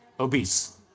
obese